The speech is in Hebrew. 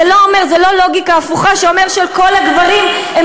זה לא לוגיקה הפוכה שאומרת שכל הגברים הם